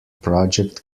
project